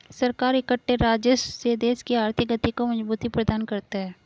सरकार इकट्ठे राजस्व से देश की आर्थिक गति को मजबूती प्रदान करता है